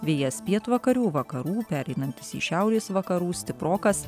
vėjas pietvakarių vakarų pereinantis į šiaurės vakarų stiprokas